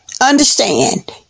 understand